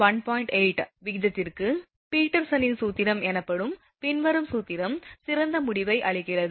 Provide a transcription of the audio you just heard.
8 விகிதத்திற்கு பீட்டர்சனின் சூத்திரம் எனப்படும் பின்வரும் சூத்திரம் சிறந்த முடிவை அளிக்கிறது